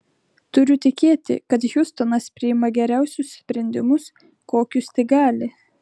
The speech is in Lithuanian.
turiu tikėti kad hiustonas priima geriausius sprendimus kokius tik gali